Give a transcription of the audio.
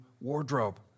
wardrobe